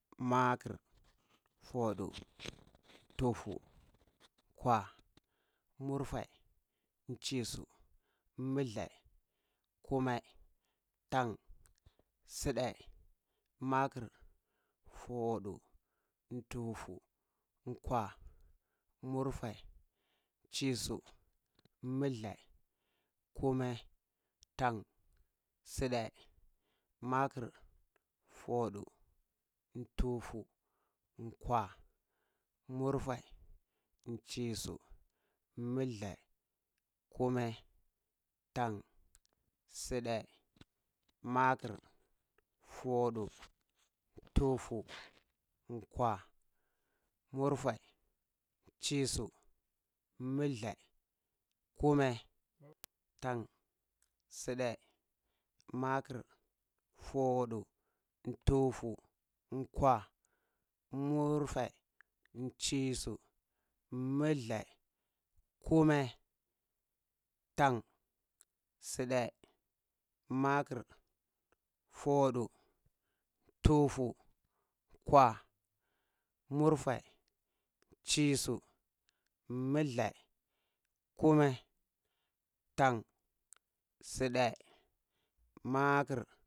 Makir, foɗu, ntufu, kwa, murfai, nchisu, multhai, komai, tan, suɗai, makir, foɗu, ntufu, nkwa, murfai, nchisu, multhai kumae, tan, suɗai, makir, foɗu, ntufu, nkwa, murfaa, nchisu, multhae, kumae, tan, suɗai, makir, foɗu, ntufu, nkwa, murfai, nchisu, multhae, kumae, tan, suɗai, makir, foɗu, ntufu, nkwa, murfai, nchisu, multhae, kumae, tan, suɗai, makir, foɗu, ntufu, nkwa, murfai, nchisu, multhae, kumae, tan, suɗai, makir